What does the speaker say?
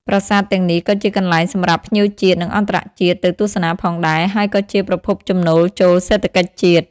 ប្រាសាទទាំងនេះក៏ជាកន្លែងសម្រាប់ភ្ញៀវជាតិ និងអន្តរជាតិទៅទស្សនាផងដែរ ហើយក៏ជាប្រភពចំណូលចូលសេដ្ឋកិច្ចជាតិ។